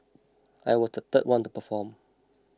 I was the third one to perform